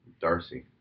Darcy